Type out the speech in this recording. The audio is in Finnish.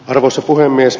arvoisa puhemies